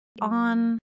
on